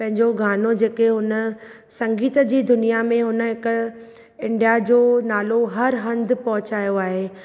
पंहिंजो गानो जेके हुन संगीत जी दुनिया में हुन हिक इंडिया जो नालो हर हंधु पहुचायो आहे